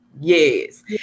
Yes